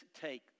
take